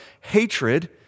hatred